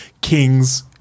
king's